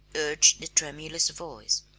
urged the tremulous voice.